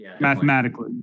Mathematically